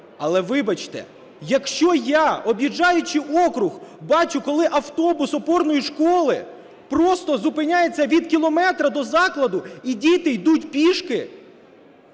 Але, вибачте, якщо я, об'їжджаючи округ, бачу, коли автобус опорної школи просто зупиняється від кілометра до закладу, і діти ідуть пішки…